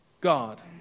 God